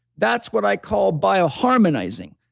that's what i call bio harmonizing.